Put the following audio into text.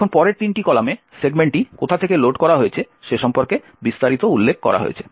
এখন পরের তিনটি কলামে সেগমেন্টটি কোথা থেকে লোড করা হয়েছে সে সম্পর্কে বিস্তারিত উল্লেখ করা হয়েছে